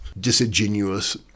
disingenuous